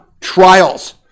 trials